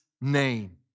name